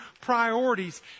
priorities